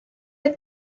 oedd